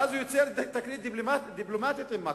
ואז הוא יוצר תקרית דיפלומטית עם מקסיקו.